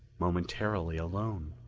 momentarily alone.